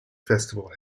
festival